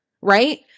right